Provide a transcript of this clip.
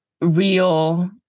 real